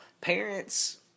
parents